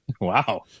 Wow